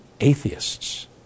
atheists